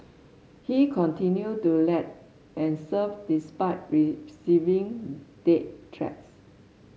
he continued to lead and serve despite receiving death threats